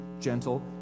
gentle